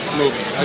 movie